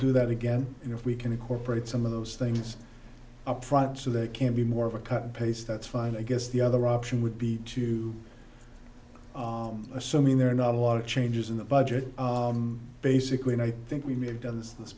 do that again if we can incorporate some of those things up front so they can be more of a cut paste that's fine i guess the other option would be to assuming there are not a lot of changes in the budget basically and i think we may have done this this